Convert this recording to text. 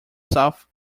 south